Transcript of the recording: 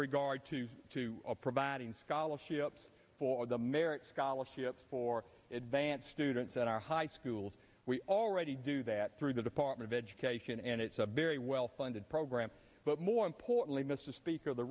regard to to providing scholarships for the merrick scholarships for advanced students at our high schools we already do that through the department of education and it's a very well funded program but more importantly mr speaker the